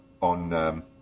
on